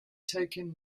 taken